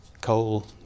coal